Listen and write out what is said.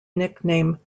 nickname